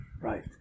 Right